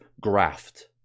graft